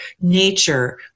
nature